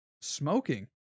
smoking